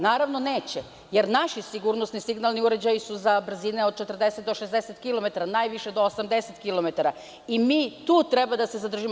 Naravno neće, jer naši sigurnosti signalni uređaji su za brzine od 40 do 60 kilometara, najviše do 80 kilometara i mi tu treba da se zadržimo.